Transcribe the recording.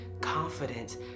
confidence